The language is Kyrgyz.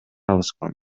алышкан